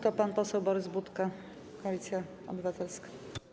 To pan poseł Borys Budka, Koalicja Obywatelska.